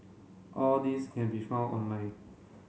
all these can be found online